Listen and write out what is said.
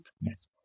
Yes